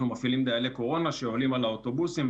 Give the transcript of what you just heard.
אנחנו מפעילים דיילי קורונה שעולים לאוטובוסים,